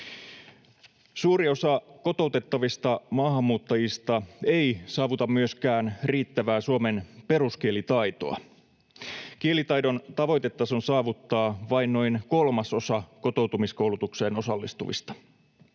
Suuri osa kotoutettavista maahanmuuttajista ei saavuta myöskään riittävää suomen peruskielitaitoa. Kielitaidon tavoitetason saavuttaa vain noin kolmasosa kotoutumiskoulutukseen osallistuvista.